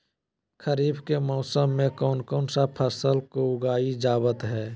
खरीफ के मौसम में कौन कौन सा फसल को उगाई जावत हैं?